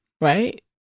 Right